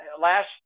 last